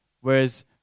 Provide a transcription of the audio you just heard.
Whereas